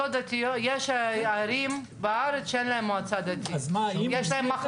ברגע שזה רשום בסעיף של אי מתן רישיון אז לא צריך לחזור על זה פה.